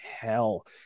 hell